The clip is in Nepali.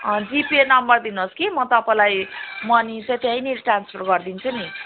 जिपे नम्बर दिनुहोस् कि म तपाईँलाई मनी चाहिँ त्यहीँनेरि ट्रान्सफर गरिदिन्छु नि